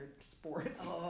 sports